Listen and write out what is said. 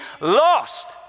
lost